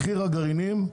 מחיר הגרעינים,